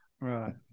right